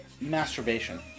Masturbation